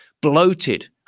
bloated